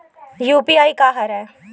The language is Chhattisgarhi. यू.पी.आई का हरय?